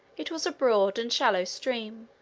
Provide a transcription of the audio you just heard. it was a broad and shallow stream.